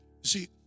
See